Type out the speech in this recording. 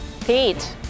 Pete